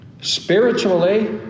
Spiritually